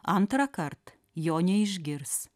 antrąkart jo neišgirs